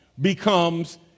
becomes